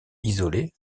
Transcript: isolées